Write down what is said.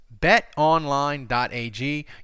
BetOnline.ag